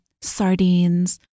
sardines